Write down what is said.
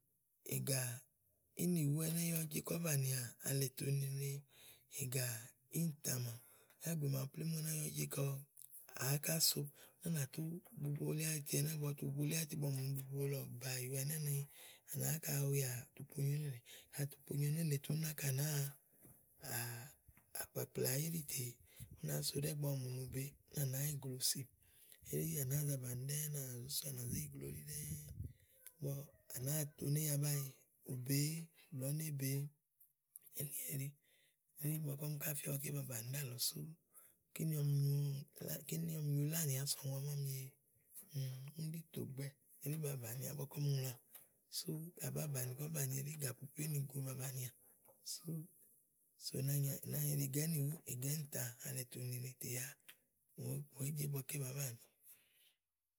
Ègà ínìwú ɛnɛ́ yá ùú je kɔ̀ banìià alɛtòo nene ègà íìntã màawu yá ìgbè màawu plémú ɛnɛ́ yá wèé je kɔ áŋka so úni à nà tu bubo li áyiti. ígbɔ ɔwɔ tu bubo li áyiti ígbɔ ɔwɔ mù ni bubo lɔ bàaàyu ɛnɛ́ úni à nà àŋka wɛà ponyo nélèe. kàɖi à tu ponyo nélèe tè úni náka nàáa àkpàkplà íɖì tè ù nàáa zi ɖɛ́ɛ́ ígbɔ ɔwɔ mù ni ù be úni à nàá yi glòosi. Elí tè à nàáa za bàni ɖɛ́ɛ́ tè úni à nà zó sò à nà zé yi glo elí ɖɛ́ɛ́ ígbɔ à nàáa to oné ya bá e ù beè blɛ̀ɛ ú né beé. Elí ɛɖi úni ígbɔké ɔmi ká fía ígbɔké ba bàni ɖíàlɔ sú, kíni ɔmi nyu kíni ɔmi nyu lánì ása ɔmi wa mámie yòò úni ɖí tògbɛ́ɛ̀. Elí ba bànià ígbɔké ɔmi ŋlɔ awu. Sú ka à báà bàni kɔ̀ banìi elí gápopó ínìgo ba bànià sú sú nànyiɖe ègà ínìwú fò dò alɛ tòo nene yá wèé jé igbɔké bàa banìi.